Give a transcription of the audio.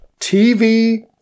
TV